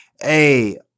hey